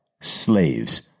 slaves